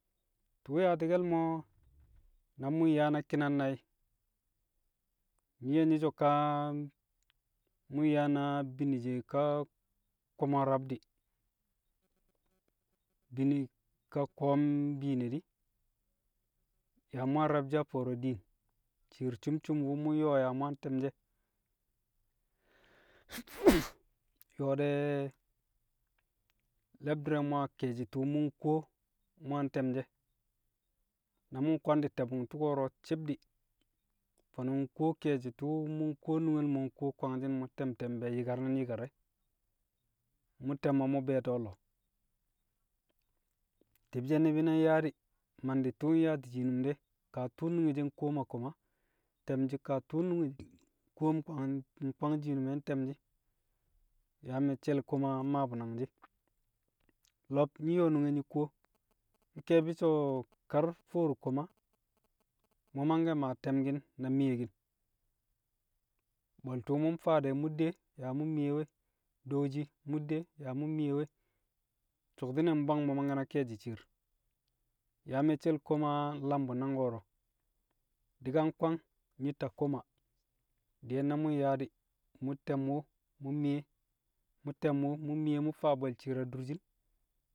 Tṵṵ yaati̱ke̱l mo̱, na mu̱ nyaa na ki̱na nai̱, nyi̱ ye̱ nyi̱ so̱ kaa mu̱ nyẹ bini shẹ ka ko̱mo̱ rab di̱. Bini ka ko̱o̱m biine di̱, yaa mu̱ yang rẹbshi̱ a fo̱o̱rẹ diin. Shi̱i̱r cum cum wu̱ mu̱ nyo̱o̱ mu̱ yang tẹmshi̱ e̱. yo̱o̱ de̱ le̱bdi̱r re̱ mo̱ a ke̱e̱shi̱ tu̱u̱ mu̱ nkuwo mu̱ yang te̱mshi̱ e̱. Na mu̱ nkwandi̱ te̱bu̱ng tu̱ko̱ro̱ ci̱b di̱, fo̱no̱ nkuwo ke̱e̱shi̱ tṵṵ mu̱ nkuwo nungel mo̱ nkuwo̱ kwangshi̱n mu̱ tẹm te̱m bẹẹ yi̱kar ni̱n yi̱kar e̱, mu̱ tẹmo̱ mu̱ be̱e̱to̱ lo̱o̱ Ti̱bshẹ ni̱bi̱ na nyaa di̱, mandi̱ tu̱u̱ nyaati̱ shiinum de, kaa tu̱u̱ nunge she nkuwom a koma nte̱mshi̱ kaa tu̱u̱ nkuwo nkwang shiinum de, nte̱mshi̱. Yaa mecel koma mmaa bu̱ nangshi̱. Lo̱b nyi̱ yo̱o̱ nunge nyi̱ kuwo, nke̱e̱bi̱ so̱ kar fo̱o̱r koma mu̱ mangke̱ maa temki̱n na miyekin, bo̱l tṵṵ mu̱ mfaa dẹ mu̱ de yaa mu̱ miyewe, dooshi mu̱ de yaa mu̱ miyewe. So̱kti̱ne̱ mbwang mu̱ mangkẹ na ke̱e̱shi̱ shi̱i̱r. Yaa mẹccẹl koma nlam bu̱ nang ko̱ro̱. Di̱ ka nkwang nyi̱ ta koma. Di̱ye̱n na mu̱ nyaa di̱, mu̱ te̱m wu̱, mu̱ miye, mu̱ te̱m wu̱ mu̱ miye mu̱ faa bwe̱l shi̱i̱r adurshin.